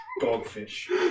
Dogfish